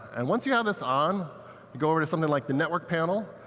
and once you have this on, you go over to something like the network panel.